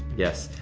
yes.